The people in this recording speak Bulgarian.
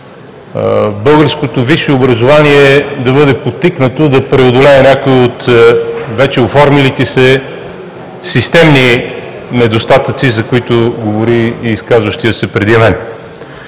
българското висше образование да бъде подтикнато да преодолее някои от вече оформилите се системни недостатъци, за които говори и изказващият се преди мен.